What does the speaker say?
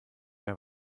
mehr